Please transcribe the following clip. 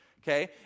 Okay